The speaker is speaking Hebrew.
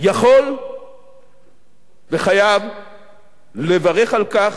יכול וחייב לברך על כך,